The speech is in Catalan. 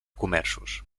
comerços